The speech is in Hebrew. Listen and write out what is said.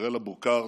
שיראל אבוקרט,